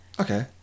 Okay